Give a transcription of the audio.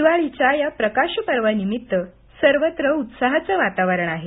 दिवाळीच्या या प्रकाशपर्वानिमित्त सर्वत्र उत्साहाचं वातावरण आहे